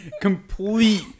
complete